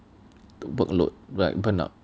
the workload like burnout